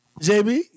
JB